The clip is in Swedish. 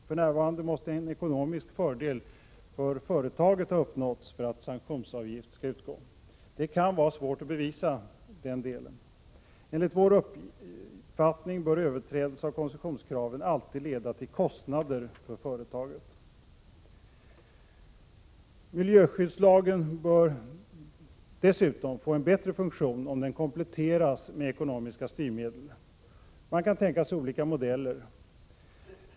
För närvarande måste en ekonomisk fördel för företaget ha uppnåtts för att sanktionsavgift skall utgå. Det kan vara svårt att bevisa den delen. Enligt vår uppfattning bör överträdelse av koncessionskraven alltid leda till kostnader för företaget. Miljöskyddslagen bör dessutom få en bättre funktion, om den kompletteras med ekonomiska styrmedel. Man kan tänka sig olika modeller.